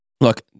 look